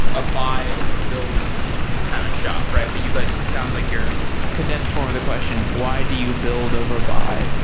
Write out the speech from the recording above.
a buy over build kind of shop, right? but you guys, it sound like your condensed form of the question why do you build over buy?